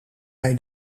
hij